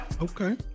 okay